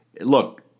Look